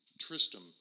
Tristram